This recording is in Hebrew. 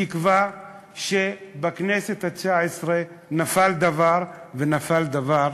בתקווה שבכנסת התשע-עשרה נפל דבר, ונפל דבר